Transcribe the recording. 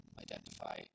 identify